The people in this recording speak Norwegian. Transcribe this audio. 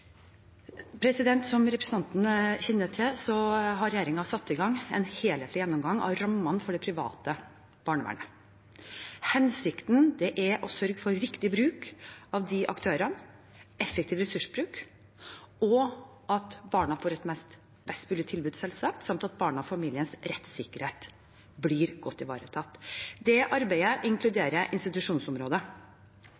Som representanten kjenner til, har regjeringen satt i gang en helhetlig gjennomgang av rammene for det private barnevernet. Hensikten er å sørge for riktig bruk av de aktørene, effektiv ressursbruk og at barna får et best mulig tilbud, selvsagt, samt at barnas og familiens rettssikkerhet blir godt ivaretatt. Det arbeidet